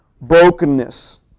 brokenness